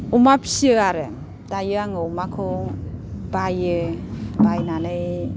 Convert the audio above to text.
अमा फिसियो आरो दायो आङो अमाखौ बायो बायनानै